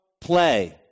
play